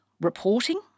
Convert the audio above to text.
reporting